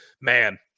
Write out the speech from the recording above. man